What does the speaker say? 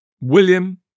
William